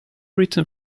written